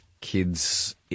kids